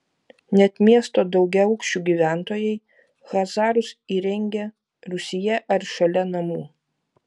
net miesto daugiaaukščių gyventojai chazarus įrengia rūsyje ar šalia namų